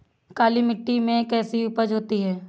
काली मिट्टी में कैसी उपज होती है?